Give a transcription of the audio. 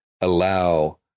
allow